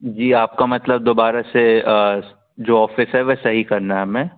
जी आपका मतलब दोबारा से जो ऑफिस है वह सही करना है हमें